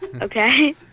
Okay